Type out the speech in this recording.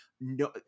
no